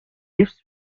lives